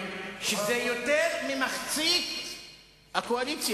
זה המאבק שאנחנו מנהלים,